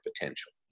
potential